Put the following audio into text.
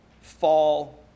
fall